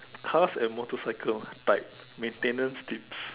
cars and motorcycle bike maintenance